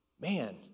man